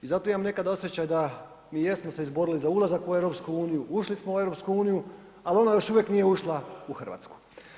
I zato ja imam nekad osjećaj da mi jesmo se izborili za ulazak u EU, ušli smo u EU, ali ona još uvijek nije ušla u Hrvatsku.